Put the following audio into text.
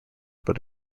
but